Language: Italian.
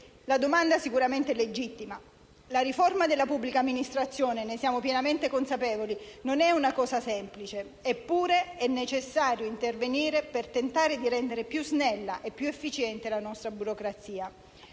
La domanda è sicuramente legittima. La riforma della pubblica amministrazione, ne siamo pienamente consapevoli, non è cosa semplice, eppure è necessario intervenire per tentare di rende più snella ed efficiente la nostra burocrazia.